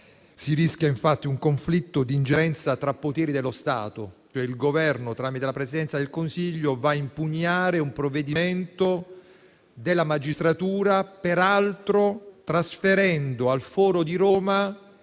Si rischia, infatti, un conflitto tra poteri dello Stato, nel senso che il Governo, tramite la Presidenza del Consiglio, va ad impugnare un provvedimento della magistratura, peraltro trasferendo al foro di Roma